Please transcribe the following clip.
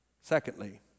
Secondly